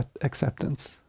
acceptance